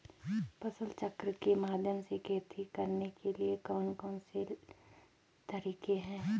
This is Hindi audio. फसल चक्र के माध्यम से खेती करने के लिए कौन कौन से तरीके हैं?